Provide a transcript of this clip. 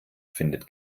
findet